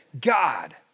God